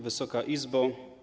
Wysoka Izbo!